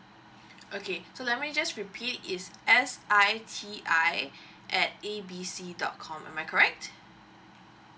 okay so let me just repeat is S I T I at A B C dot com am I correct